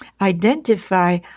identify